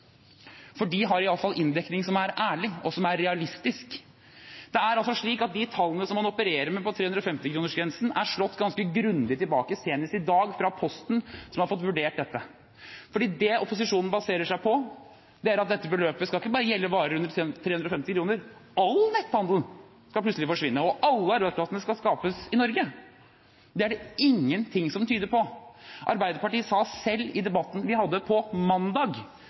SV. De har iallfall en inndekning som er ærlig, og som er realistisk. De tallene som man opererer med når det gjelder 350-kronersgrensen, er slått ganske grundig tilbake senest i dag fra Posten, som har fått vurdert dette. Det opposisjonen baserer seg på, er at dette beløpet ikke bare skal gjelde varer under 350 kr. All netthandel skal plutselig forsvinne, og alle arbeidsplasser skal skapes i Norge. Det er det ingenting som tyder på. Arbeiderpartiet sa selv i debatten vi hadde på mandag,